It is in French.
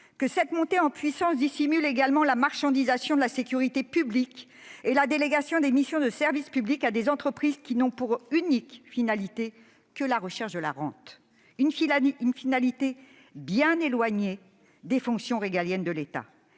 de la sécurité privée dissimule également la marchandisation de la sécurité publique et la délégation de missions de service public à des entreprises qui ont pour unique finalité la recherche de la rente, une finalité bien éloignée des fonctions régaliennes de l'État.